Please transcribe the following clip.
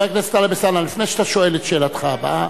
לפני שאתה שואל את שאלתך הבאה,